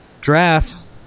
drafts